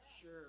Sure